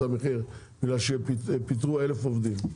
המחיר למרות שפיטרו כ-1,000 עובדים,